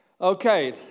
Okay